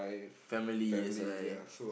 family that's why